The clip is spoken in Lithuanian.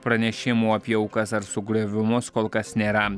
pranešimų apie aukas ar sugriovimus kol kas nėra